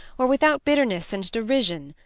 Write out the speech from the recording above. or without bitterness and derision.